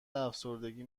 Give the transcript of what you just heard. افسردگی